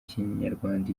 kinyarwanda